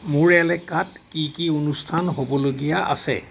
মোৰ এলেকাত কি কি অনুষ্ঠান হ'বলগীয়া আছে